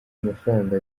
amafaranga